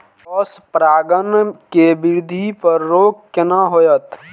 Cross परागण के वृद्धि पर रोक केना होयत?